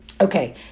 Okay